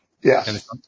Yes